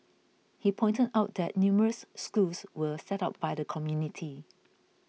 he pointed out that numerous schools were set up by the community